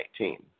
2019